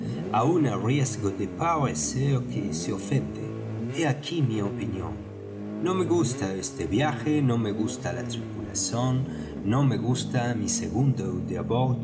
aun á riesgo de parecer que se ofende hé aquí mi opinión no me gusta este viaje no me gusta la tripulación y no me gusta mi segundo